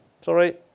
Sorry